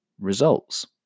results